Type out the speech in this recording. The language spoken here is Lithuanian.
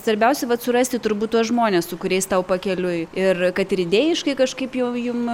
svarbiausia vat surasti turbūt tuos žmones su kuriais tau pakeliui ir kad ir idėjiškai kažkaip jau jum